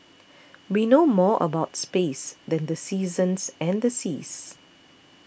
we know more about space than the seasons and the seas